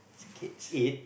kids